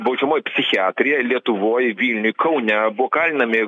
baudžiamoji psichiatrija lietuvoj vilniuj kaune buvo kalinami